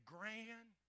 Grand